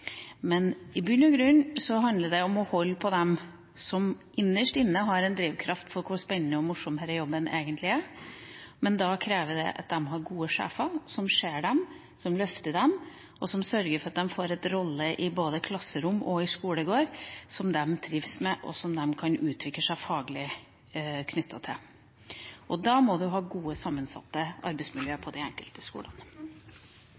men i bunn og grunn handler det om å holde på dem som innerst inne har en drivkraft for hvor spennende og morsom denne jobben egentlig er. Men det krever at de har gode sjefer, som ser dem og løfter dem, og som sørger for at de får en rolle i både klasserommet og skolegården som de trives med, og som de kan utvikle seg faglig i. Da må en ha gode, sammensatte arbeidsmiljø på den enkelte